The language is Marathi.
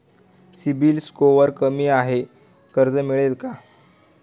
सिबिल स्कोअर कमी आहे कर्ज मिळेल का?